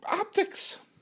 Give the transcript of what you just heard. optics